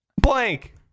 blank